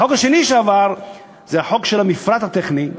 החוק השני שעבר הוא החוק של המפרט הטכני,